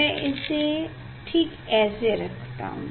मैं इसे ठीक ऐसे ही रखता हूँ